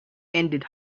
ended